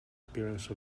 appearance